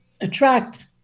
attract